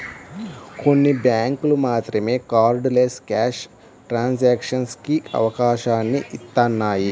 కొన్ని బ్యేంకులు మాత్రమే కార్డ్లెస్ క్యాష్ ట్రాన్సాక్షన్స్ కి అవకాశాన్ని ఇత్తన్నాయి